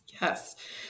Yes